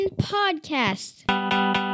Podcast